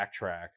backtrack